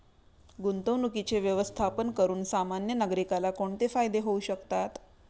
गुंतवणुकीचे व्यवस्थापन करून सामान्य नागरिकाला कोणते फायदे होऊ शकतात?